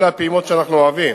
אלה הפעימות שאנחנו אוהבים,